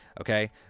Okay